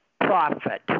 profit